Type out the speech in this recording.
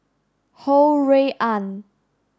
Ho Rui An